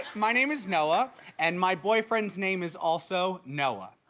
my name is noah and my boyfriend's name is also noah.